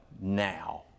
now